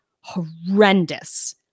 horrendous